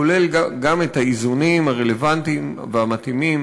כולל גם את האיזונים הרלוונטיים והמתאימים